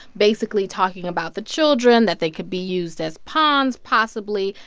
basically talking about the children, that they could be used as pawns, possibly,